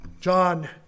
John